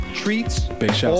treats